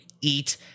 eat